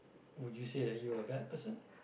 would you say that you're a bad person